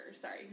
Sorry